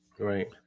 right